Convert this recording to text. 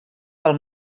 del